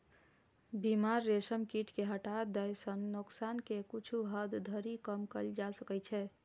बीमार रेशम कीट कें हटा दै सं नोकसान कें किछु हद धरि कम कैल जा सकै छै